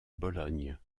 bologne